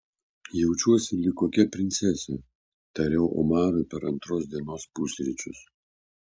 jaučiuosi lyg kokia princesė tariau omarui per antros dienos pusryčius